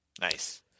Nice